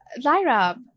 Lyra